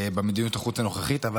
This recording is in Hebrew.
במדיניות החוץ הנוכחית, אבל